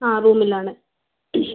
അ റൂമിലാണ്